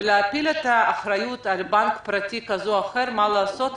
ולהטיל את האחריות על בנק פרטי כזה או אחר מה לעשות,